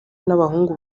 n’abahungu